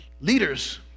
Leaders